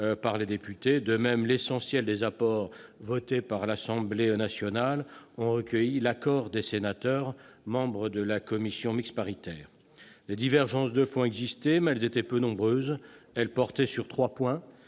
par les députés. De même, l'essentiel des ajouts votés par l'Assemblée nationale ont recueilli l'accord des sénateurs membres de la commission mixte paritaire. Les divergences de fond, peu nombreuses, ont porté sur trois points